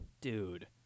Dude